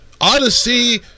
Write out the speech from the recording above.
Odyssey